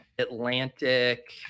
Atlantic